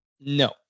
no